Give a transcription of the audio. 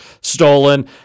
stolen